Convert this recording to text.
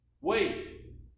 Wait